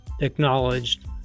acknowledged